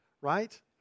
right